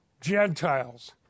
Gentiles